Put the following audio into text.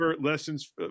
Lessons